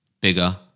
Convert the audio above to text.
bigger